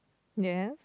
yes